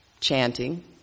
chanting